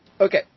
Okay